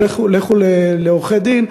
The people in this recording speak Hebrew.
או לכו לעורכי-דין,